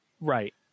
Right